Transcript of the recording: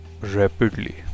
rapidly